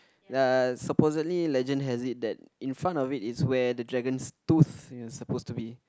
ya supposedly legend has it that in front of it is where the dragon's tooth was supposed to be